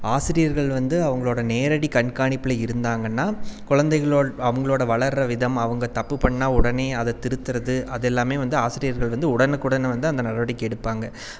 ஆசிரியர்கள் வந்து அவங்களோட நேரடி கண்காணிப்பில் இருந்தாங்கன்னா குழந்தைகளோட அவங்களோட வளர்ற விதம் அவங்க தப்பு பண்ணா உடனே அதை திருத்துறது அதெல்லாமே வந்து ஆசிரியர்கள் வந்து உடனுக்குடன் வந்து அந்த நடவடிக்கை எடுப்பாங்க